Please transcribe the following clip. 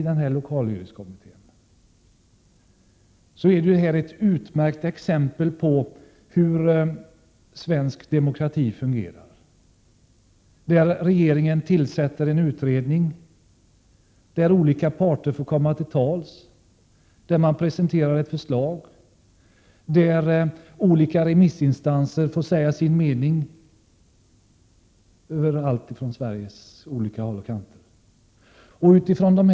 Det här är ett utmärkt exempel på hur svensk demokrati fungerar, där regeringen tillsätter en utredning, där olika parter får komma till tals, där det presenteras ett förslag och där olika remissinstanser från Sveriges olika håll och kanter får säga sin mening.